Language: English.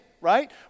right